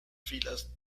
filas